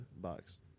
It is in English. box